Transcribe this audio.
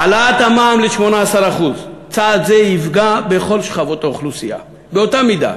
העלאת המע"מ ל-18% צעד זה יפגע בכל שכבות האוכלוסייה באותה מידה,